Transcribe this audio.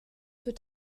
für